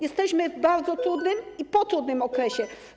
Jesteśmy w bardzo trudnym i po trudnym okresie.